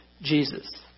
Jesus